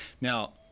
Now